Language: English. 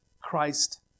Christ